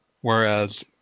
whereas